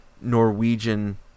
Norwegian